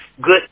good